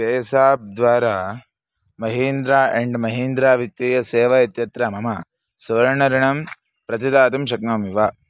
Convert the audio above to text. पेसाप् द्वारा महीन्द्रा एण्ड् महीन्द्रा वित्तीयसेवा इत्यत्र मम सुवर्णऋणं प्रतिदातुं शक्नोमि वा